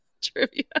Trivia